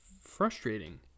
frustrating